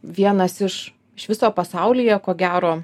vienas iš iš viso pasaulyje ko gero